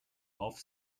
off